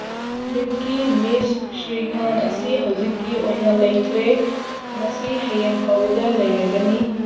ꯃꯤꯜꯀꯤ ꯃꯤꯁ ꯁ꯭ꯔꯤꯈꯥꯟ ꯑꯁꯤ ꯍꯧꯖꯤꯛꯀꯤ ꯑꯣꯏꯅ ꯂꯩꯇ꯭ꯔꯦ ꯃꯁꯤ ꯍꯌꯦꯡ ꯐꯥꯎꯕꯗ ꯂꯩꯔꯒꯅꯤ